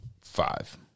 five